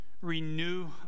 renew